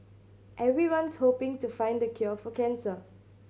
everyone's hoping to find the cure for cancer